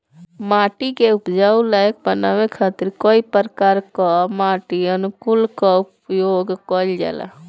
माटी के उपजाऊ लायक बनावे खातिर कई प्रकार कअ माटी अनुकूलक कअ उपयोग कइल जाला